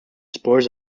spores